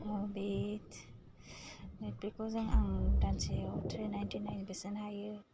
बे नेटपेकखौजों आं दानसेयाव थ्रि नाइनटि नाइनिबो सोनो हायो